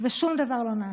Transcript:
ושום דבר לא נעשה.